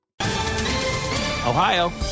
Ohio